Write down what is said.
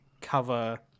cover